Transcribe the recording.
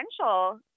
potential